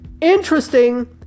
Interesting